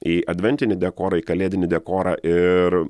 į adventinį dekorą į kalėdinį dekorą ir